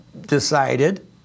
decided